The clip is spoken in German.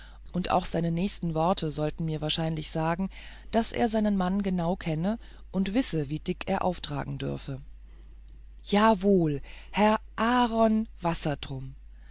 und auch seine nächsten worte sollten mir wahrscheinlich sagen daß er seinen mann genau kenne und wisse wie dick er auftragen dürfe jawohl herr aaron